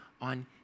on